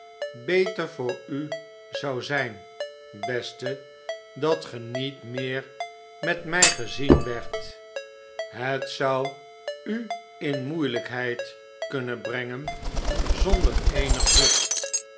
beter voor u zou zijn beste dat ge niet meer met mij gezien werdt het zou u in moeielijkheid kunnen brengen zonder eenig nut